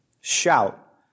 Shout